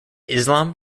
islam